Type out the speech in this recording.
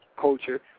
culture